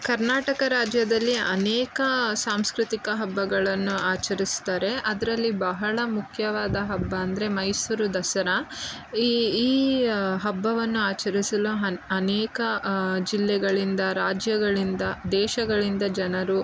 ಕರ್ನಾಟಕ ರಾಜ್ಯದಲ್ಲಿ ಅನೇಕ ಸಾಂಸ್ಕೃತಿಕ ಹಬ್ಬಗಳನ್ನು ಆಚರಿಸ್ತಾರೆ ಅದರಲ್ಲಿ ಬಹಳ ಮುಖ್ಯವಾದ ಹಬ್ಬ ಅಂದರೆ ಮೈಸೂರು ದಸರಾ ಈ ಈ ಹಬ್ಬವನ್ನು ಆಚರಿಸಲು ಹನ್ ಅನೇಕ ಜಿಲ್ಲೆಗಳಿಂದ ರಾಜ್ಯಗಳಿಂದ ದೇಶಗಳಿಂದ ಜನರು